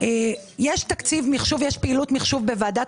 יש תקציב מחשוב ויש פעילות מחשוב בוועדת